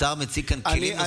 השר מציג כאן כלים נוספים.